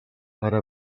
ara